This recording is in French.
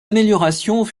améliorations